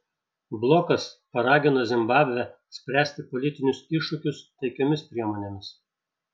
blokas paragino zimbabvę spręsti politinius iššūkius taikiomis priemonėmis